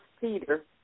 Peter